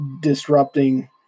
disrupting